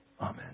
amen